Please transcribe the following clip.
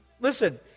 listen